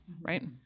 Right